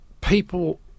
people